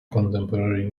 contemporary